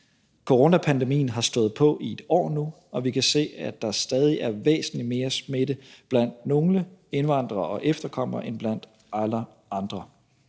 Coronapandemien har stået på i et år nu, og vi kan se, at der stadig er væsentlig mere smitte blandt nogle indvandrere og efterkommere end blandt alle andre.